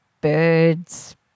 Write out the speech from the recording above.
birds